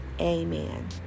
amen